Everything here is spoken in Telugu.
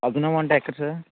అభినవ్ అంటే ఎక్కడ సార్